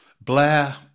Blair